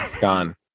Gone